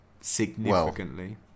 Significantly